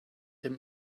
them